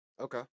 Okay